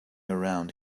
around